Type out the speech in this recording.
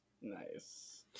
Nice